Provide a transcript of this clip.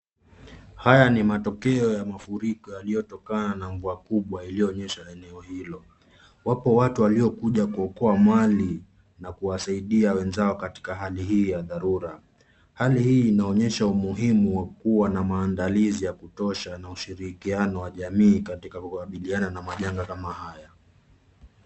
Haya ni matokeo ya mafuriko yaliyotokana na mvua kubwa ilionyesha eneo hilo. Wapo watu waliokuja kuokoa mali na kuwasaidia wanzao katika hali hii ya dharura. Hali hii inaonyesha umuhimu wa kuwa na maandalizi ya kutosha na ushirikiano wa jamii katika kukabiliana na majanga kama haya.